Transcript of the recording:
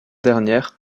dernière